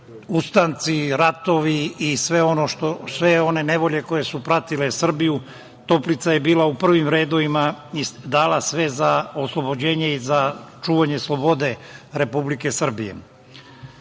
ustanci, ratovi i sve one nevolje koje su pratile Srbiju. Toplica je bila u prvim redovima i dala sve za oslobođenje i za čuvanje slobode Republike Srbije. Znamo